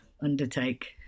undertake